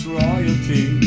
royalty